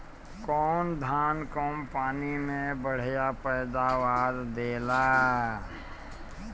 कौन धान कम पानी में बढ़या पैदावार देला?